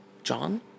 John